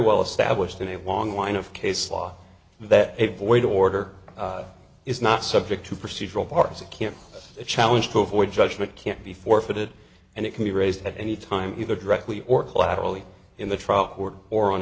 well established in a long line of case law that a void order is not subject to procedural parts that can challenge to avoid judgment can't be forfeited and it can be raised at any time either directly or collaterally in the trial court or on